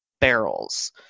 barrels